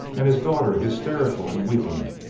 and his daughter, hysterical and weeping,